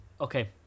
okay